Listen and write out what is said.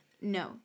No